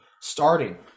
starting